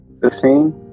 Fifteen